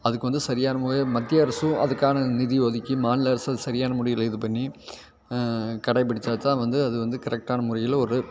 அதுக்கு வந்து சரியான முறையை மத்திய அரசும் அதுக்கான நிதி ஒதுக்கி மாநில அரசும் சரியான முடிவுகளை இதுபண்ணி கடைபிடித்தாதான் வந்து அதுவந்து கரெக்டான முறையில் ஒரு